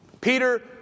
Peter